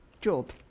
Job